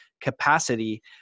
capacity